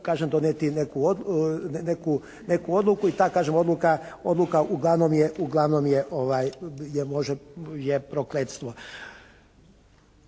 kažem donijeti neku odluku i ta kažem odluka uglavnom je prokletstvo.